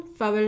favela